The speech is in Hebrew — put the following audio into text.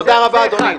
תודה רבה, אדוני.